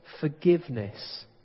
forgiveness